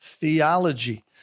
theology